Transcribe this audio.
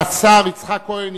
השר יצחק כהן,